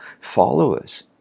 followers